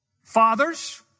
Fathers